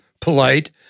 polite